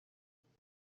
dennis